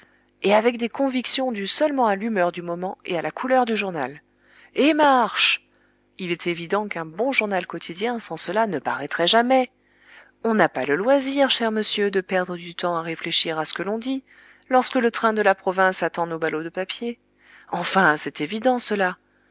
et avec des convictions dues seulement à l'humeur du moment et à la couleur du journal et marche il est bien évident qu'un bon journal quotidien sans cela ne paraîtrait jamais on n'a pas le loisir cher monsieur de perdre du temps à réfléchir à ce que l'on dit lorsque le train de la province attend nos ballots de papier enfin c'est évident cela